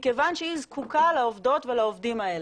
מכוון שהיא זקוקה לעובדות ולעובדים האלה,